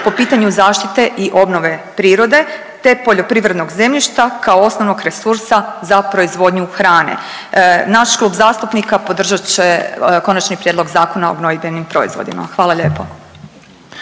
po pitanju zaštite i obnove prirode te poljoprivrednog zemljišta kao osnovnog resursa za proizvodnju hrane. Naš klub zastupnika podržat će Konačni prijedlog Zakona o gnojidbenim proizvodima. Hvala lijepo.